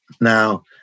Now